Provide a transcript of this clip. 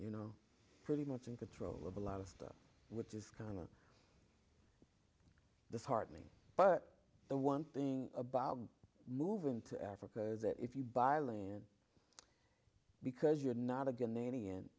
you know pretty much in control of a lot of stuff which is kind of disheartening but the one thing about moving to africa is that if you buy land because you're not a good name and